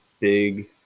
Big